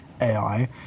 ai